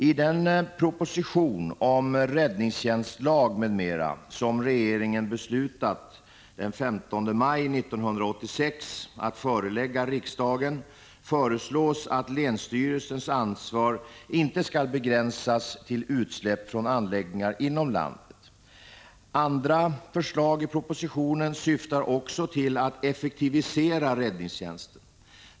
I den proposition om räddningstjänstlag m.m. som regeringen den 15 maj 1986 beslutat förelägga riksdagen föreslås att länsstyrelsens ansvar inte skall begränsas till utsläpp från anläggningar inom landet. Också andra förslag i propositionen syftar till att effektivisera räddningstjänsten.